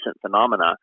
phenomena